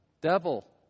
devil